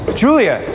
julia